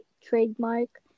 trademark